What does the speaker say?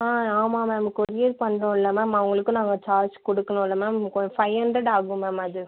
ஆ ஆமாம் ma'am courier பண்ணனும் இல்லை மேம் அவங்களுக்கும் நாங்கள் சார்ஜ் கொடுக்கணும் இல்லை மேம் கொஞ்சம் ஃபைவ் ஹன்ட்ரட் ஆகும் மேம் அது